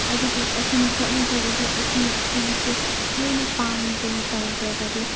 ꯑꯗꯨꯕꯨ ꯑꯩꯈꯣꯏꯅ ꯍꯣꯠꯅꯗ꯭ꯔꯒꯗꯤ ꯑꯩꯈꯣꯏꯅ ꯁꯤꯒꯤꯁꯦ ꯍꯦꯟꯅ ꯄꯥꯝꯖꯅ ꯇꯧꯗ꯭ꯔꯒꯗꯤ